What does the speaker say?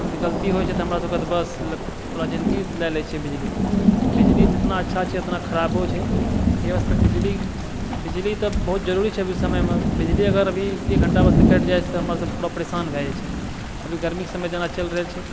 गलती होइ छै तऽ बस तऽ पूरा जिन्दगी लए लै छै बिजली बिजली जितना अच्छा छै ओतना खराबो छै एहि वास्ते बिजली बिजली तऽ बहुत जरूरी छै इस समयमे बिजली एक घण्टा लए कटि जाइ छै तऽ पूरा परेशान भए जाइ छै अभी गर्मीके समय जेना चलि रहल छै